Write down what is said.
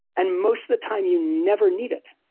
and most the time, you never need it.